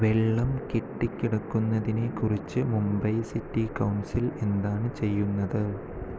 വെള്ളം കെട്ടിക്കിടക്കുന്നതിനെ കുറിച്ച് മുംബൈ സിറ്റി കൗൺസിൽ എന്താണ് ചെയ്യുന്നത്